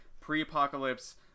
pre-apocalypse